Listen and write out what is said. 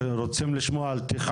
אנחנו רוצים לשמוע על תכנון,